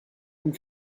and